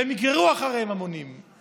והם יגררו אחריהם המונים,